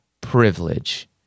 privilege